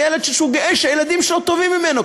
גאה שהילדים שלו טובים ממנו,